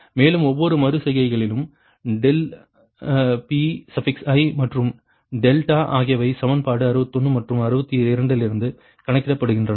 மேலும் ஒவ்வொரு மறு செய்கையிலும் ∆Pi மற்றும் டெல்டா ஆகியவை சமன்பாடு 61 மற்றும் 62 இலிருந்து கணக்கிடப்படுகின்றன